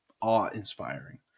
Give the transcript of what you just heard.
awe-inspiring